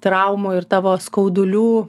traumų ir tavo skaudulių